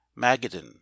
Magadan